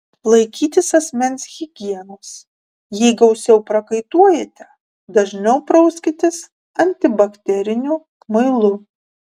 laikytis asmens higienos jei gausiau prakaituojate dažniau prauskitės antibakteriniu muilu